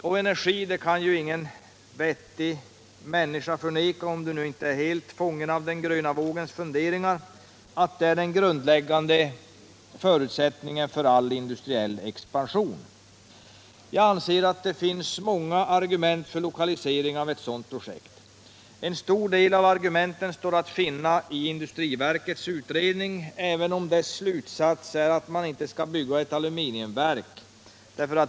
Och energi är den grundläggande förutsättningen för all industriell expansion — det kan ingen vettig människa förneka, som inte är helt fången i gröna vågens funderingar. Jag anser att det finns många argument för lokalisering till Jokkmokk av ett sådant projekt. En stor del av argumenten står att finna i industriverkets utredning, även om dess slutsats är att man inte skall bygga ett aluminiumverk där.